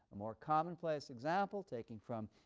more commonplace example taking from